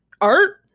Art